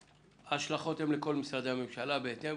ההשלכות הן לכל משרדי הממשלה בהתאם,